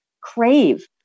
crave